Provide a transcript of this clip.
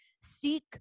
seek